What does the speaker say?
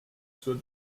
zur